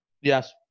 Yes